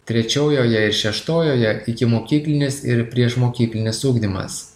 trečiojoje ir šeštojoje ikimokyklinis ir priešmokyklinis ugdymas